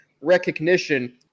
recognition